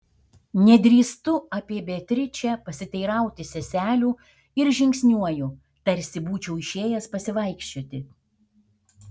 nedrįstu apie beatričę pasiteirauti seselių ir žingsniuoju tarsi būčiau išėjęs pasivaikščioti